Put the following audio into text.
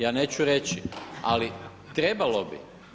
Ja neću reći, ali trebalo bi.